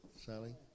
Sally